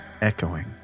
echoing